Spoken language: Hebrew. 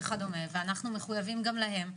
ואנחנו מחויבים גם להם.